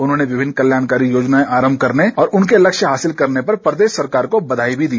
उन्होंने विभिन्न कल्याणकारी योजनाएं आरम्भ करने और उनके लक्ष्य हासिल करने पर प्रदेश सरकार को बधाई भी दी